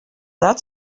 that